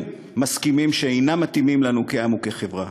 מסכימים שאינם מתאימים לנו כעם וכחברה.